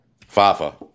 Fafa